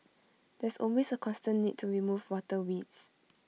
there's always A constant need to remove water weeds